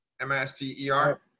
M-I-S-T-E-R